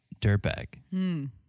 dirtbag